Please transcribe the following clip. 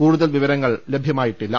കൂടുതൽ വിവരങ്ങൾ ലഭിച്ചിട്ടില്ല